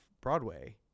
Broadway